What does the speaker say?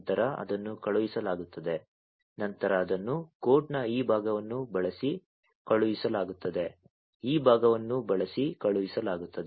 ನಂತರ ಅದನ್ನು ಕಳುಹಿಸಲಾಗುತ್ತದೆ ನಂತರ ಅದನ್ನು ಕೋಡ್ನ ಈ ಭಾಗವನ್ನು ಬಳಸಿ ಕಳುಹಿಸಲಾಗುತ್ತದೆ ಈ ಭಾಗವನ್ನು ಬಳಸಿ ಕಳುಹಿಸಲಾಗುತ್ತದೆ